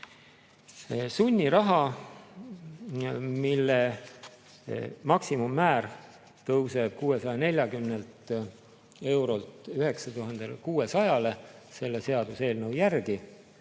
Sunniraha, mille maksimummäär tõuseb 640 eurolt 9600 eurole selle seaduseelnõu järgi,